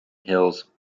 hills